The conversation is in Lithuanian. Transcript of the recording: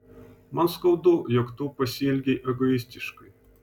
man skaudu jog tu pasielgei egoistiškai